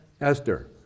Esther